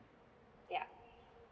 ya